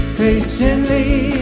patiently